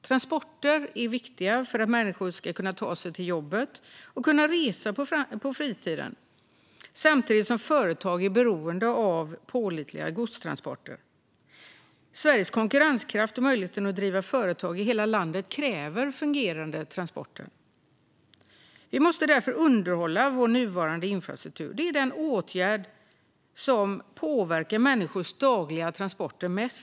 Transporter är viktiga för att människor ska kunna ta sig till jobbet och kunna resa på fritiden samtidigt som företag också är beroende av pålitliga godstransporter. Sveriges konkurrenskraft och möjligheten att driva företag i hela landet kräver fungerande transporter. Vi måste därför underhålla vår nuvarande infrastruktur. Det är den åtgärd som påverkar människors dagliga transporter mest.